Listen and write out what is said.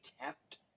kept